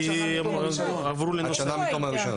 איפה היית?